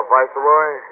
Viceroy